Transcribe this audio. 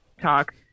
talk